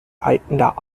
leitender